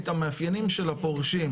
את המאפיינים של הפורשים,